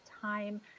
time